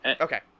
okay